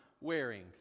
wearing